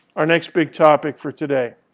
our next big topic for today.